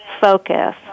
focus